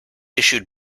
issued